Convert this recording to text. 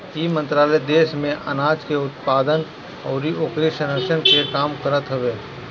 इ मंत्रालय देस में आनाज के उत्पादन अउरी ओकरी संरक्षण के काम करत हवे